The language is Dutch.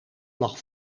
lag